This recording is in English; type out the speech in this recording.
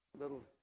little